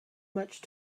much